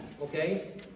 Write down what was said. okay